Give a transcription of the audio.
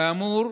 כאמור,